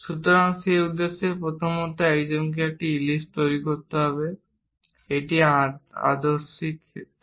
সুতরাং সেই উদ্দেশ্যে প্রথমত একজনকে একটি ইলিপ্স তৈরি করতে হবে এটি আদর্শিক ক্ষেত্রে